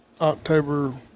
October